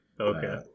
Okay